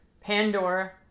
Pandora